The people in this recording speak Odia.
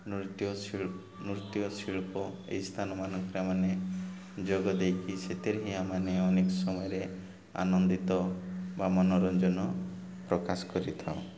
ନୃତ୍ୟ ଶିଳ ନୃତ୍ୟଶିଳ୍ପ ଏହି ସ୍ଥାନମାନଙ୍କରେ ମାନେ ଯୋଗ ଦେଇକି ସେଥିରେ ହିଁ ଆମମାନେ ଅନେକ ସମୟରେ ଆନନ୍ଦିତ ବା ମନୋରଞ୍ଜନ ପ୍ରକାଶ କରିଥାଉ